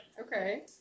Okay